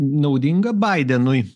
naudinga baidenui